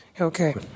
Okay